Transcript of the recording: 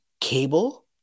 cable